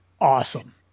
Awesome